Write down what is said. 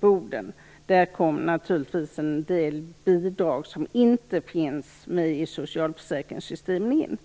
Boden. Där kom naturligtvis en del bidrag som inte finns med i socialförsäkringssystemen in.